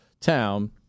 town